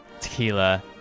tequila